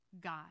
God